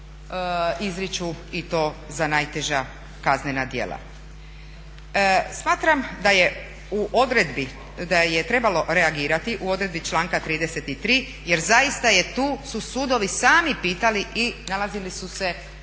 izriču i to za najteža kaznena djela. Smatram da je u odredbi, da je trebalo reagirati u odredbi članka 33. jer zaista je tu su sudovi sami pitali i nalazili su se